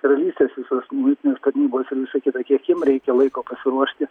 karalystės visos muitinės tarnybos ir visa kita kiek jiem reikia laiko pasiruošti